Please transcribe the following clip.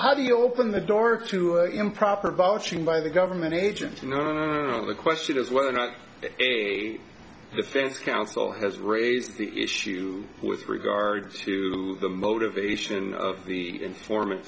how do you open the door to improper vouching by the government agency going on the question is whether or not defense counsel has raised the issue with regard to the motivation of the informant